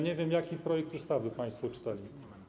Nie wiem, jaki projekt ustawy państwo czytali.